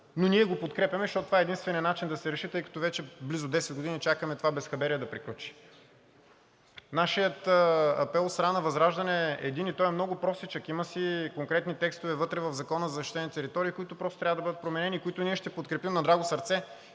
но ние го подкрепяме, защото това е единственият начин да се реши, тъй като вече близо 10 години чакаме това безхаберие да приключи.“ Нашият апел – от страна на ВЪЗРАЖДАНЕ – е един и той е много простичък. Има си конкретни текстове вътре в Закона за защитените територии, които просто трябва да бъдат променени, които ние ще подкрепим на драго сърце